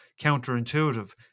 counterintuitive